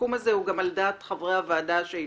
והסיכום הזה הוא גם על דעת חברי הוועדה שהשתתפו